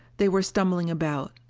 they were stumbling about.